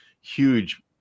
huge